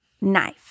knife